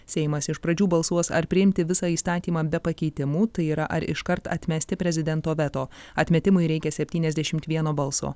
seimas iš pradžių balsuos ar priimti visą įstatymą be pakeitimų tai yra ar iškart atmesti prezidento veto atmetimui reikia septyniasdešim vieno balso